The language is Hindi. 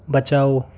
बचाओ